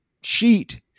sheet